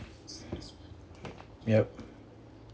yup